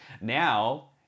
Now